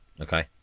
Okay